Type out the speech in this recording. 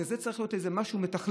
זה צריך להיות משהו מתכלל,